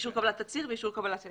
אישור קבלת תצהיר ואישור קבלת העסק.